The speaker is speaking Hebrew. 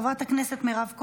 חברת הכנסת מירב כהן,